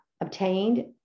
obtained